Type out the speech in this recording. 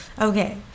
Okay